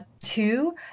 two